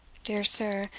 dear sir,